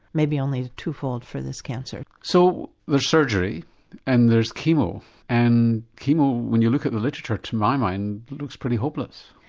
maybe only twofold for this cancer. so there's surgery and there's chemo and chemo, when you look at the literature, to my mind looks pretty hopeless,